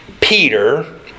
Peter